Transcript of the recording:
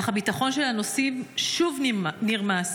אך הביטחון של הנוסעים שוב נרמס.